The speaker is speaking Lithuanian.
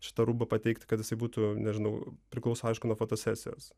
šitą rūbą pateikt kad jisai būtų nežinau priklauso aišku nuo fotosesijos